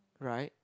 right